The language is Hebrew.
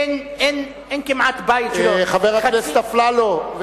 אין כמעט בית, חבר הכנסת אפללו,